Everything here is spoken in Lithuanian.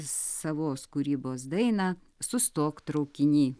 savos kūrybos dainą sustok traukiny